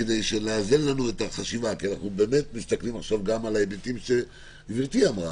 בשעתו כשקיימנו את הדיונים בוועדת קנאי